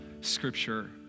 Scripture